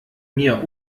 mir